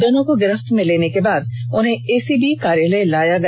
दोनों को गिरफ्त में लेने के बाद उन्हें एसीबी कार्यालय लाया गया